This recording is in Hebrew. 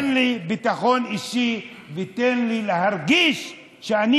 תן לי ביטחון אישי ותן לי להרגיש שאני